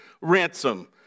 Ransom